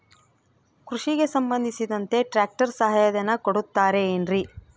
ಕೃಷಿಗೆ ಸಂಬಂಧಿಸಿದಂತೆ ಟ್ರ್ಯಾಕ್ಟರ್ ಸಹಾಯಧನ ಕೊಡುತ್ತಾರೆ ಏನ್ರಿ?